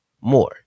more